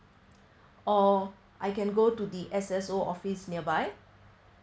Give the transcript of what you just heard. or I can go to the S_S_O office nearby